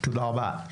תודה רבה.